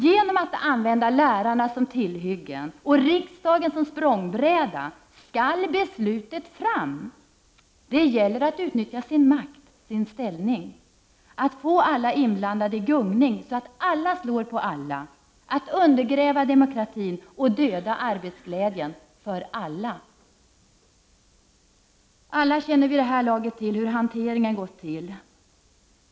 Genom att använda lärarna som tillhygge och riksdagen som språngbräda skall beslutet fattas. Det gäller för regeringen att utnyttja sin makt och sin ställning, att få alla inblandade i gungning så att alla slår på alla och att undergräva demokratin och döda arbetsglädjen för alla. Alla känner vid det här laget till hur hanteringen har gått till.